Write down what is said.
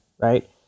Right